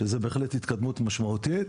שזאת בהחלט התקדמות משמעותית.